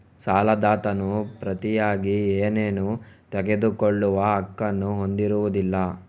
ಸಾಲದಾತನು ಪ್ರತಿಯಾಗಿ ಏನನ್ನೂ ತೆಗೆದುಕೊಳ್ಳುವ ಹಕ್ಕನ್ನು ಹೊಂದಿರುವುದಿಲ್ಲ